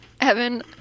Evan